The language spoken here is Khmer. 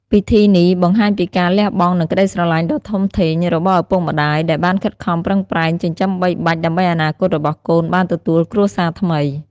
ពិធីនេះបង្ហាញពីការលះបង់ និងក្តីស្រឡាញ់ដ៏ធំធេងរបស់ឪពុកម្តាយ ដែលបានខិតខំប្រឹងប្រែង ចិញ្ចឹមបីបាច់ ដើម្បីអនាគតរបស់កូនបានទទួលគ្រួសារថ្មី។